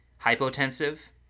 hypotensive